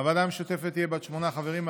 הוועדה המשותפת תהיה בת שמונה חברים,